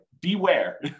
beware